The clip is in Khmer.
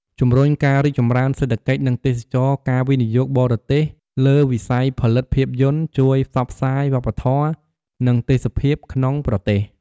ជំរុញការរីកចម្រើនសេដ្ឋកិច្ច និងទេសចរណ៍ការវិនិយោគបរទេសលើវិស័យផលិតភាពយន្តជួយផ្សព្វផ្សាយវប្បធម៌ និងទេសភាពក្នុងប្រទេស។